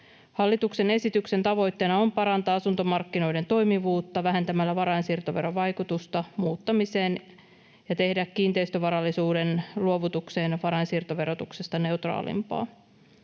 Hallituksen esityksen tavoitteena on parantaa asuntomarkkinoiden toimivuutta vähentämällä varainsiirtoveron vaikutusta muuttamiseen ja tehdä kiinteistövarallisuuden luovutuksen varainsiirtoverotuksesta neutraalimpaa.